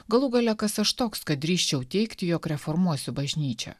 galų gale kas aš toks kad drįsčiau teigti jog reformuos bažnyčią